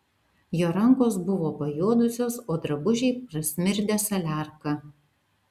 jo rankos buvo pajuodusios o drabužiai prasmirdę saliarka